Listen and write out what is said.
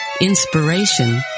inspiration